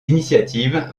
initiatives